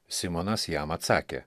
simonas jam atsakė